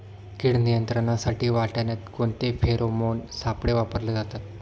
कीड नियंत्रणासाठी वाटाण्यात कोणते फेरोमोन सापळे वापरले जातात?